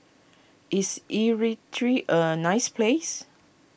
is Eritrea a nice place